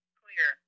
clear